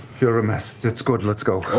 you're a mess. that's good, let's go.